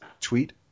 tweet